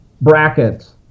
brackets